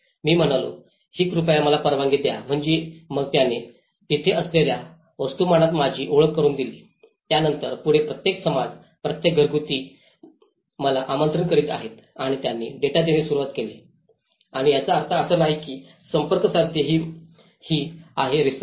मी म्हणालो कि कृपया मला परवानगी द्या म्हणजे मग त्याने तिथे असलेल्या वस्तुमानात माझी ओळख करुन दिली त्यानंतर पुढे प्रत्येक समाज प्रत्येक घरगुती मला आमंत्रित करीत आहे आणि त्यांनी डेटा देणे सुरू केले आहे आणि याचा अर्थ असा नाही की संपर्क साधणे ही आहे रिसर्च